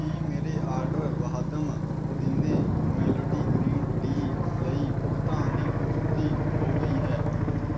ਕੀ ਮੇਰੇ ਆਰਡਰ ਵਾਹਦਮ ਪੁਦੀਨੇ melody green tea ਲਈ ਭੁਗਤਾਨ ਦੀ ਪੁਸ਼ਟੀ ਹੋ ਗਈ ਹੈ